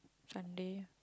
Sunday